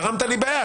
גרמת לי בעיה,